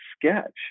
sketch